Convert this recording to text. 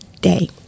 Day